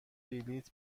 بلیط